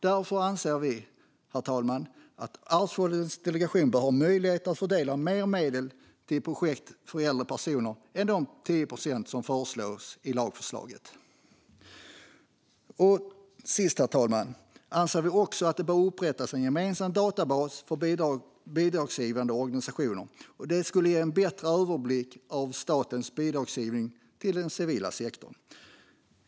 Därför anser vi, herr talman, att Arvsfondsdelegationen bör ha möjlighet att fördela mer medel till projekt för äldre personer än de 10 procent som föreslås i lagförslaget. Herr talman! Till sist anser vi också att det bör upprättas en gemensam databas för bidragsgivande organisationer. Det skulle ge en bättre överblick över statens bidragsgivning till den civila sektorn.